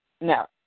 No